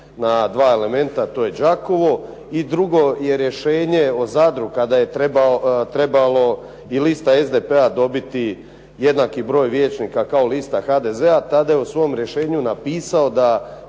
na dva elementa, a to je Đakovo. I drugo je rješenje o Zadru kada je trebalo i lista SDP-a dobiti jednaki broj vijećnika kao lista HDZ-a. Tada je u svom rješenju napisao da